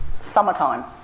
summertime